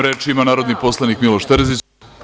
Reč ima narodni poslanik Miloš Terzić.